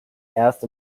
erst